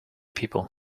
people